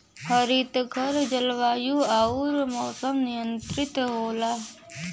हरितघर जलवायु आउर मौसम नियंत्रित होला